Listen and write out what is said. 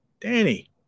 Danny